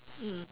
mm